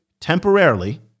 temporarily—